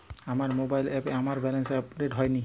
আমার মোবাইল অ্যাপে আমার ব্যালেন্স আপডেট হয়নি